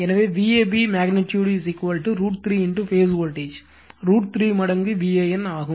எனவே Vab magnitude √ 3 phase voltage √ 3 மடங்கு VAN ஆகும்